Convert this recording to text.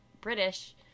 British